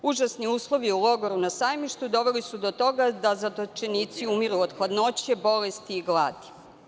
Užasni ulovi u logoru na Sajmištu doveli su do toga da zatočenici umiru od hladnoće, bolesti i gladi.